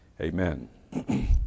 Amen